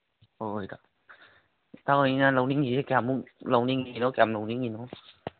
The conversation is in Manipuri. ꯍꯣꯏ ꯍꯣꯏ ꯏꯇꯥꯎ ꯏꯇꯥꯎ ꯍꯣꯏꯅ ꯂꯧꯅꯤꯡꯉꯤꯁꯤ ꯀꯌꯥꯃꯨꯛ ꯂꯧꯅꯤꯡꯉꯤꯅꯣ ꯀꯌꯥꯝ ꯂꯧꯅꯤꯡꯉꯤꯅꯣ